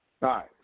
right